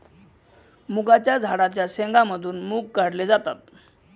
मुगाच्या झाडाच्या शेंगा मधून मुग काढले जातात